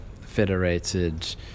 federated